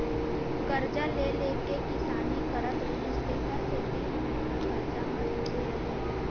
करजा ले ले के किसानी करत रिहिस तेखर सेती हमेसा करजा म डूबे रहय